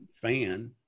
fan